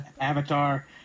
Avatar